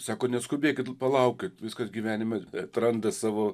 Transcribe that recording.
sako neskubėkit nu palaukit viskas gyvenime atranda savo